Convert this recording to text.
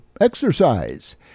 exercise